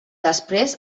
després